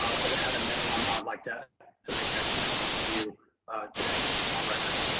ah but at a minimum i'd like that to make that commitment to you today on record.